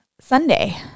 Sunday